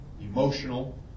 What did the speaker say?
emotional